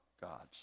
God's